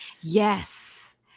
Yes